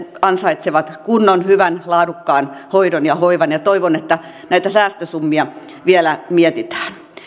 ansaitsevat kunnon hyvän ja laadukkaan hoidon ja hoivan ja toivon että näitä säästösummia vielä mietitään